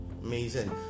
Amazing